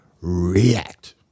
React